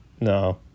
No